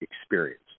experience